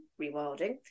rewilding